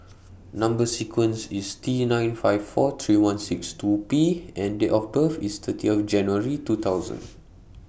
Number sequence IS T nine five four three one six two P and Date of birth IS thirty of January two thousand